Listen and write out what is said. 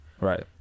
Right